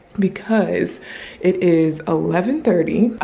because it is eleven thirty,